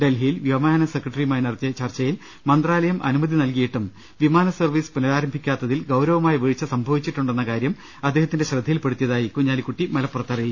ഡൽഹിയിൽ വ്യോമയാന സെക്രട്ടറിയുമായി നടത്തിയ ചർച്ചയിൽ മന്ത്രാലയം അനുമതി നൽകിയിട്ടും വിമാന സർവ്വീസ് പുനഃരാരംഭിക്കാത്തിൽ ഗൌരവമായ വീഴ്ച സംഭവിച്ചിട്ടുണ്ടെന്ന കാര്യം അദ്ദേഹത്തിന്റെ ശ്രദ്ധയിൽ പ്പെടുത്തിയതായി കുഞ്ഞാലിക്കുട്ടി മലപ്പുറത്ത് പറഞ്ഞു